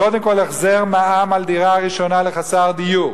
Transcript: קודם כול, החזר מע"מ על דירה ראשונה לחסר דיור.